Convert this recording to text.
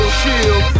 shield